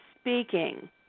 speaking